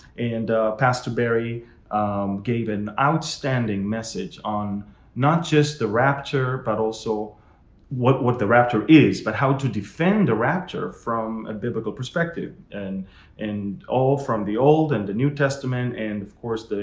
and pastor barry gave an outstanding message on not just the rapture, but also what what the rapture is. but how to defend the rapture from a biblical perspective, and and all from the old and the new testament and of course,